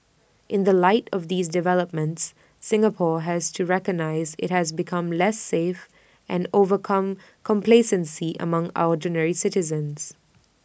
in the light of these developments Singapore has to recognise IT has become less safe and overcome complacency among ordinary citizens